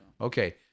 Okay